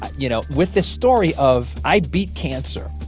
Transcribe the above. you know, with this story of, i beat cancer.